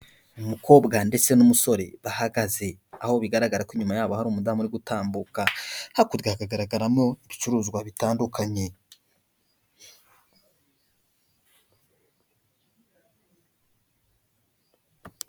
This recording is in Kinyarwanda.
Umukobwa ndetse n'umusore bahagaze aho bigaragara ko inyuma yaho hari umudamu uri gutambuka, hakurya hakagaragaramo ibicuruzwa bitandukanye.